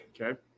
Okay